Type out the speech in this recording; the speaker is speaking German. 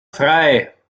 frei